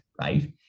right